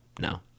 no